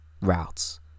routes